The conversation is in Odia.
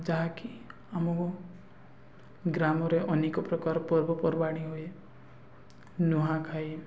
ଯାହାକି ଆମ ଗ୍ରାମରେ ଅନେକ ପ୍ରକାର ପର୍ବପର୍ବାଣି ହୁଏ ନୁହାଁଖାଇ